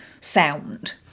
sound